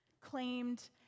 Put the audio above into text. claimed